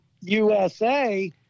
USA